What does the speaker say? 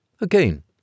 Again